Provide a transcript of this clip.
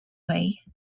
way